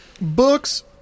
Books